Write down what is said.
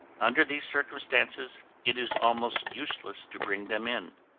under those circumstances, it is almost useless to bring them in.